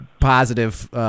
positive